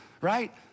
right